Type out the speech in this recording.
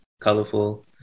colorful